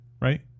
Right